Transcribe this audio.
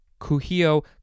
Kuhio